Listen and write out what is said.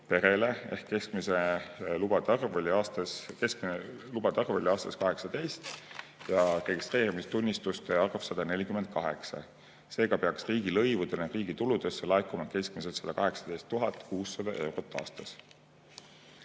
Ehk keskmine lubade arv oli aastas 18 ja registreerimistunnistuste arv 148. Seega peaks riigilõivudena riigi tuludesse laekuma keskmiselt 118 600 eurot aastas.